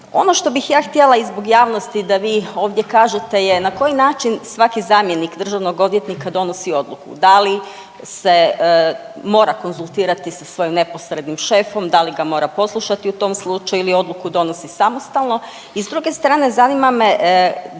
Ono što bih ja htjela i zbog javnosti da vi ovdje kažete je na koji način svaki zamjenik državnog odvjetnika donosi odluku? Da li se mora konzultirati sa svojim neposrednim šefom, da li ga mora poslušati u tom slučaju ili odluku donosi samostalno, i s druge strane zanima me,